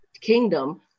kingdom